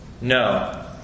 No